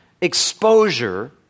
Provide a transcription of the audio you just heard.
exposure